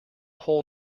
whole